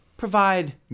Provide